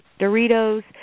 Doritos